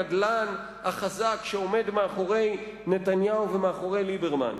הנדל"ן שעומד מאחורי נתניהו ומאחורי ליברמן.